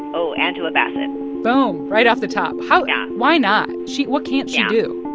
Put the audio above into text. oh, angela bassett and boom right off the top. how. yeah why not? she what can't she do?